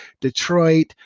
Detroit